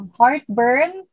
heartburn